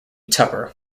tupper